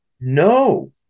No